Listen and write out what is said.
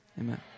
Amen